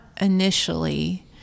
initially